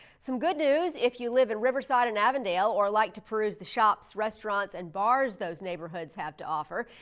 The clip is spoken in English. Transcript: some good news, if you live in riverside and avondale or like to peruse the shops, restaurants, and bars those neighborhoods have to offer,